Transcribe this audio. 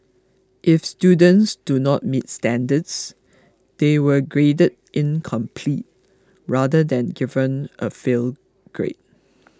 if students do not meet standards they were graded incomplete rather than given a fail grade